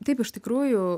taip iš tikrųjų